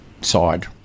side